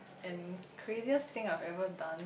and craziest thing I had ever done